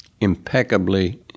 impeccably